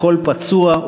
לכל פצוע,